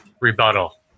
rebuttal